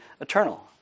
eternal